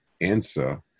answer